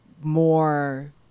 more